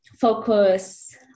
focus